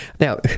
Now